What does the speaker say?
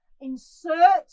Insert